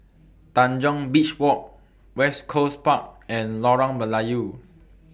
Tanjong Beach Walk West Coast Park and Lorong Melayu